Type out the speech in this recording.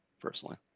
personally